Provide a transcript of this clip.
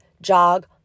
jog